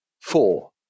Four